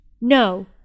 No